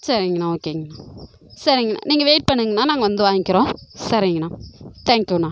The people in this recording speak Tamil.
சரிங்ணா ஓகேங்ணா சரிங்ணா நீங்கள் வெய்ட் பண்ணுங்ணா நாங்கள் வந்து வாங்கிக்கிறோம் சரிங்ணா தேங்க்யூண்ணா